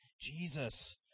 Jesus